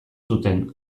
zuten